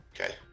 Okay